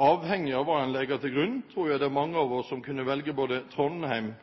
Avhengig av hva en legger til grunn, tror jeg det er mange av oss som kunne velge både Trondheim,